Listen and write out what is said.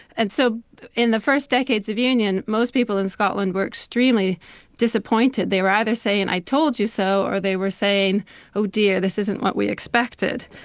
and so in the first decades of union, most people in scotland were extremely disappointed. they were either saying i told you so, or they were saying oh dear, this isn't what we expected.